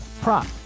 prop